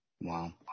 Wow